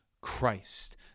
Christ